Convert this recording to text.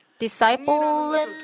Disciple